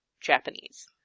Japanese